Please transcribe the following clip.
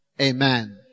Amen